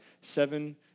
Seven